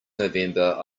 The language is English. november